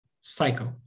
cycle